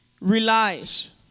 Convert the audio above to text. relies